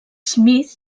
smith